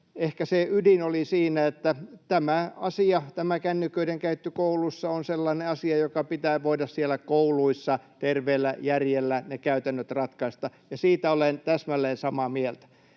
ehkä se ydin oli siinä, että tämä asia, tämä kännyköiden käyttö kouluissa, on sellainen asia, joka pitää voida siellä kouluissa terveellä järjellä ratkaista, ne käytännöt, ja siitä olen täsmälleen samaa mieltä.